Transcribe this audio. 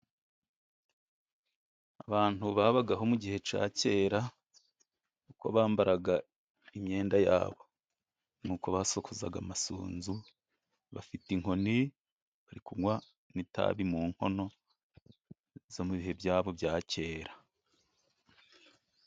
Abantu babagaho mu gihe cya kera kuko bambaraga imyenda yabo, n'uko basokozaga amasunzu, bafite inkoni ,bari kunywa n'itabi mu nkono zo mu bihe byabo bya kera.